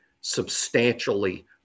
substantially